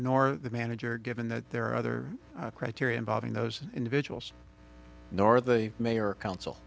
nor the manager given that there are other criteria involving those individuals nor the mayor council